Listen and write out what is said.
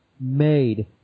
made